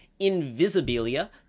Invisibilia